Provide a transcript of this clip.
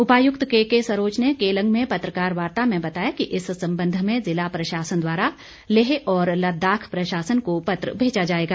उपायुक्त केके सरोच ने केलंग में पत्रकार वार्ता में बताया कि इस संबंध में ज़िला प्रशासन द्वारा लेह और लद्दाख प्रशासन को पत्र भेजा जाएगा